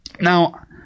Now